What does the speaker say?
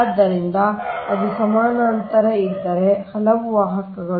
ಆದ್ದರಿಂದ ಅದು ಸಮಾನಾಂತರ ಇದ್ದರೆ ಹಲವು ವಾಹಕಗಳು